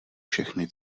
všechny